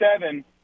seven